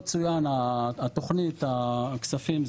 פה צוינה תוכנית הכספים,